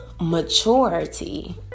maturity